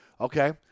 Okay